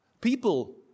People